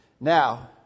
Now